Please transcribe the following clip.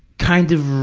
kind of